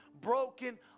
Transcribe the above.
broken